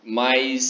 mas